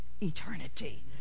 eternity